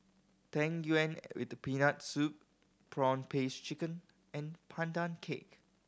Tang Yuen with Peanut Soup prawn paste chicken and Pandan Cake